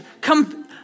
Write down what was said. Come